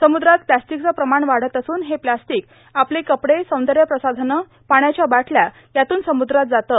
समुद्रात प्लॅस्टिकचं प्रमाण वाढत असून हे प्लास्टिक आपले कपडे सौदर्य प्रसाधनं पाण्याच्या बाटल्या यातून समुद्रात जाते